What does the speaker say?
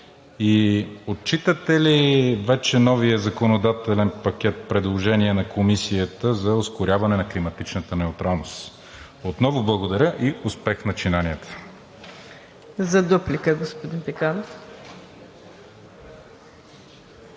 и отчитате ли вече новия законодателен пакет – предложение на Комисията, за ускоряване на климатичната неутралност? Отново благодаря и успех в начинанията. ПРЕДСЕДАТЕЛ МУКАДДЕС НАЛБАНТ: